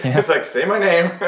it's like, say my name.